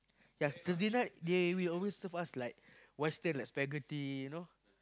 yea Thursday night yay they always serve us like western like spaghetti you know